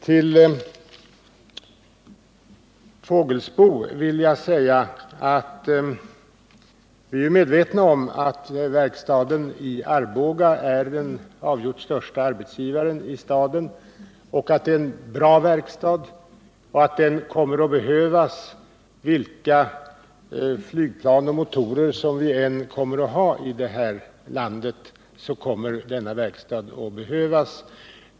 Till Anton Fågelsbo vill jag säga att vi är medvetna om att verkstaden i Arboga är den avgjort största arbetsgivaren i staden, att det är en bra verkstad och att den kommer att behövas vilka flygplan och motorer som vi än kommer att ha i det här landet.